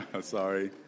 Sorry